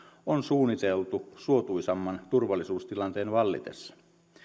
on suunniteltu suotuisamman turvallisuustilanteen vallitessa